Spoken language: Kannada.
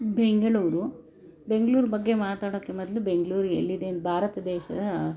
ಬೆಂಗಳೂರು ಬೆಂಗ್ಳೂರು ಬಗ್ಗೆ ಮಾತಾಡಕ್ಕೆ ಮೊದ್ಲು ಬೆಂಗ್ಳೂರು ಎಲ್ಲಿದೆ ಭಾರತ ದೇಶದ